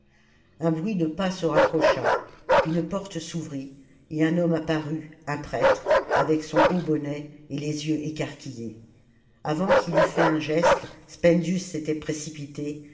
un bruit de pas se rapprocha une porte s'ouvrit et un homme apparut un prêtre avec son haut bonnet et les yeux écarquillés avant qu'il eut fait un geste spendius s'était précipité